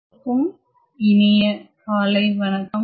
அனைவருக்கும் இனிய காலை வணக்கம்